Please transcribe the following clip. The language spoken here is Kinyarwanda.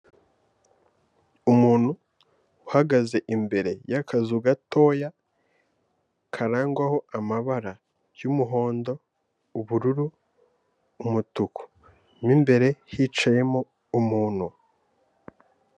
Umuntu uhagaze imbere y'akazu gatoya karangwaho amabara y'umuhondo, ubururu, umutuku. Mo imbere hicayemo umuntu.